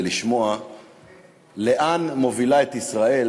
לא פה כדי לשמוע לאן מובילה את ישראל